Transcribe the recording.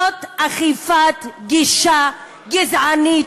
זאת אכיפת גישה גזענית,